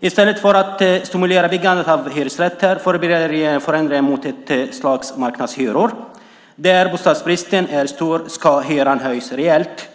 I stället för att stimulera byggandet av hyresrätter förbereder regeringen förändringar mot ett slags marknadshyror. Där bostadsbristen är stor ska hyran höjas rejält.